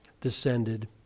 Descended